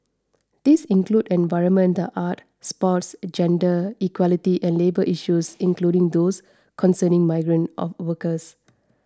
these include the environment the arts sports gender equality and labour issues including those concerning migrant or workers